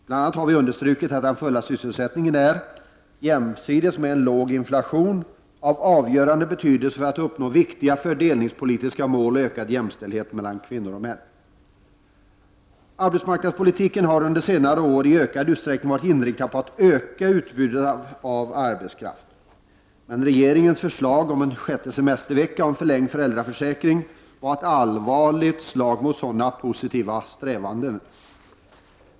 Bl.a. har vi understrukit att den fulla sysselsättningen är, jämsides med en låg inflation, av avgörande betydelse för att uppnå viktiga fördelningspolitiska mål och ökad jämställdhet mellan kvinnor och män. Arbetsmarknadspolitiken har under senare år i ökad utsträckning varit inriktad på att öka utbudet av arbetskraft. Men regeringens förslag om en sjätte semestervecka och förlängd föräldraförsäkring var ett allvarligt slag mot sådana positiva strävanden.